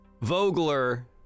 Vogler